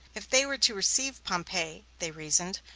if they were to receive pompey, they reasoned,